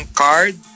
card